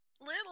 Little